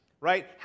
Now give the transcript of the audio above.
right